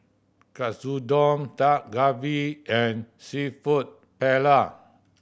Katsudon Dak Galbi and Seafood Paella